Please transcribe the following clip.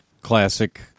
classic